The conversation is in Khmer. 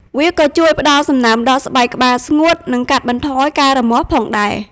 វាក៏ជួយផ្ដល់សំណើមដល់ស្បែកក្បាលស្ងួត និងកាត់បន្ថយការរមាស់ផងដែរ។